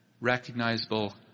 recognizable